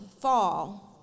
fall